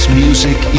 music